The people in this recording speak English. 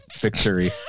victory